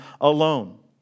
alone